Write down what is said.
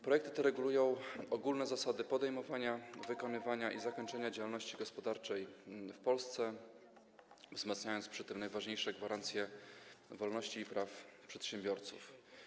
Projekty te regulują ogólne zasady podejmowania, wykonywania i zakończenia działalności gospodarczej w Polsce, wzmacniając przy tym najważniejsze gwarancje wolności i praw przedsiębiorców.